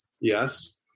yes